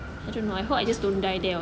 I don't know I hope I just don't die there or